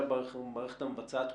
אלא במערכת המבצעת.